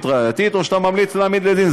ראייתית או שאתה ממליץ להעמיד לדין,